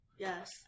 Yes